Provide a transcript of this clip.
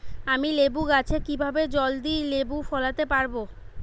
আমি লেবু গাছে কিভাবে জলদি লেবু ফলাতে পরাবো?